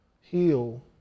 heal